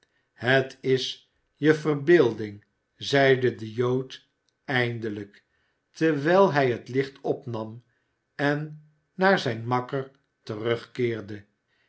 het is je verbeelding zeide de jood eindelijk terwijl hij het licht opnam en naar zijti makker terugkeerde